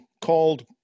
called